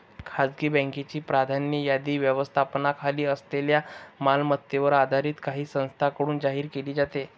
खासगी बँकांची प्राधान्य यादी व्यवस्थापनाखाली असलेल्या मालमत्तेवर आधारित काही संस्थांकडून जाहीर केली जाते